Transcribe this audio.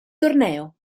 torneo